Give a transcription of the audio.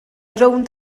rownd